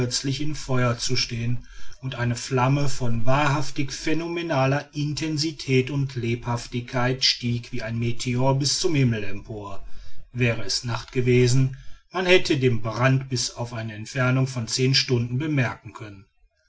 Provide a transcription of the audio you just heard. in feuer zu stehen und eine flamme von wahrhaft phänomenaler intensität und lebhaftigkeit stieg wie ein meteor bis zum himmel empor wäre es nacht gewesen man hätte den brand bis auf eine entfernung von zehn stunden bemerken können